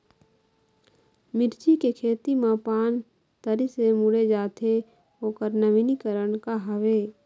मिर्ची के खेती मा पान तरी से मुड़े जाथे ओकर नवीनीकरण का हवे?